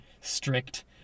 strict